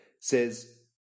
says